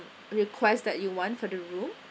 request that you want for the room